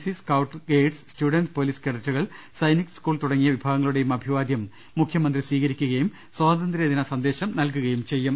C scout guides students police കേഡറ്റുകൾ Sainik school തുടങ്ങിയ വിഭാഗ ങ്ങളുടെയും അഭിവാദ്യം മുഖ്യമന്ത്രി സ്വീകരിക്കുകയും സ്വാതന്ത്ര്യദിന സന്ദേശം നൽകുകയും ചെയ്യും